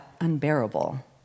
unbearable